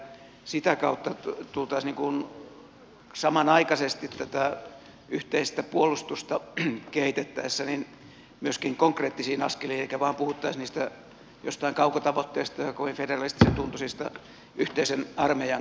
sitä kautta tultaisiin samanaikaisesti tätä yhteistä puolustusta kehitettäessä myöskin konkreettisiin askeliin eikä vain puhuttaisi joistain kaukotavoitteista ja kovin federalistisen tuntuisista yhteisen armeijan kokoamisista